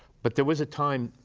but there was a time,